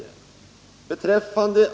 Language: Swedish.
Betr.